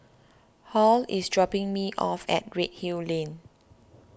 Halle is dropping me off at Redhill Lane